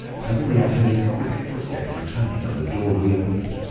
suddenly i heard his quick footsteps returning, and the door reopened.